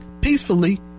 peacefully